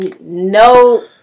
no